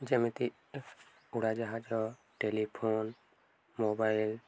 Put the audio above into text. ଯେମିତି ଉଡ଼ାଜାହାଜ telephone mobile